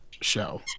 show